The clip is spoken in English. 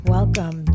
Welcome